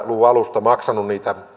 luvun alusta maksanut